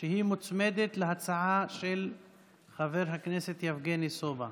שמוצמדת להצעה של חבר הכנסת יבגני סובה.